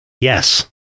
Yes